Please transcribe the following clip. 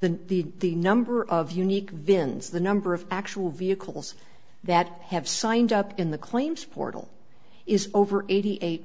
the the the number of unique vins the number of actual vehicles that have signed up in the claims portal is over eighty eight